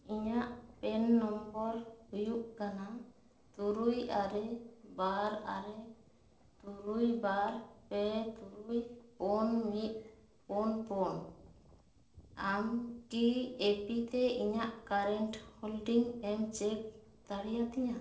ᱤᱧᱟᱹᱜ PIN number ᱦᱩᱭᱩᱜ ᱠᱟᱱᱟ ᱛᱩᱨᱩᱭ ᱟᱨᱮ ᱵᱟᱨ ᱟᱨᱮ ᱛᱩᱨᱩᱭ ᱵᱟᱨ ᱯᱮ ᱛᱩᱨᱩᱭ ᱯᱩᱱ ᱢᱤᱫ ᱯᱩᱱ ᱯᱩᱱ ᱟᱢ ᱠᱤ ᱟᱯᱤᱛᱮ ᱤᱧᱟᱹᱜ ᱠᱟᱨᱮᱱᱴ ᱦᱳᱞᱰᱤᱝ ᱮᱢ ᱪᱮᱠ ᱫᱟᱲᱮᱭᱟᱛᱤᱧᱟᱹ